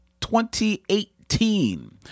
2018